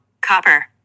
copper